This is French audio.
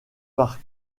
parc